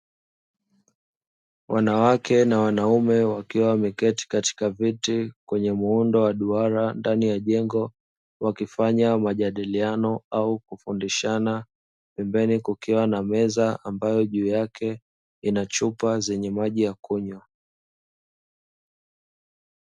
Wanawake na wanaume wakiwa wameketi katika viti kwenye muundo wa duara ndani ya jengo, wakifanya majadiliano au kufundishana pembeni kukiwa na meza ambayo juu yake ina chupa zenye maji ya kunywa.